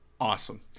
awesome